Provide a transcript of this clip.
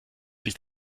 sich